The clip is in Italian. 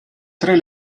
tre